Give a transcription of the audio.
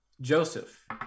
Joseph